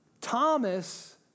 Thomas